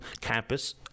campus